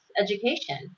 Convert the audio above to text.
education